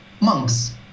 Monks